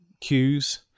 cues